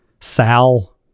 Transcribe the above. Sal